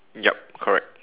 yup correct